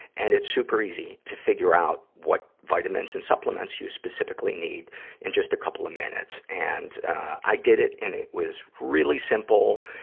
and it's super easy to figure out what vitamins and supplements you specifically need in just a couple of minutes. and i did it and it was really simple,